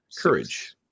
Courage